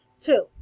Two